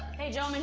hey joe, i'm in